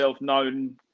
known